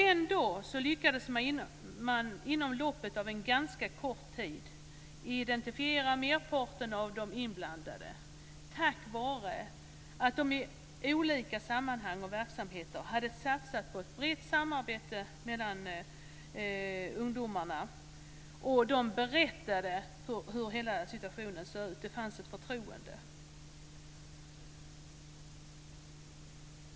Ändå lyckades man inom loppet av en ganska kort tid identifiera merparten av de inblandade - tack vare att man i olika sammanhang och verksamheter hade satsat på ett brett samarbete mellan ungdomarna. De berättade hur hela situationen såg ut. Det fanns ett förtroende.